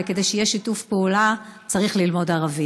כדי שיהיה שיתוף פעולה צריך ללמוד ערבית.